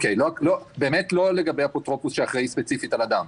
באמת לא לגבי אפוטרופוס שאחראי ספציפית על אדם.